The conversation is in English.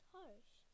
Harsh